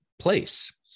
place